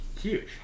Huge